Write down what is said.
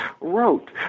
wrote